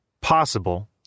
possible